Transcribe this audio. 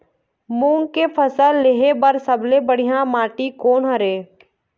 मूंग के फसल लेहे बर सबले बढ़िया माटी कोन हर ये?